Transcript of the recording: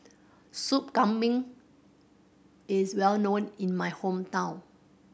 Sup Kambing is well known in my hometown